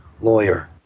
lawyer